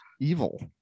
evil